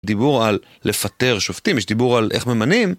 דיבור על לפטר שופטים, יש דיבור על איך ממנים.